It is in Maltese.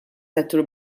settur